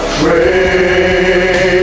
pray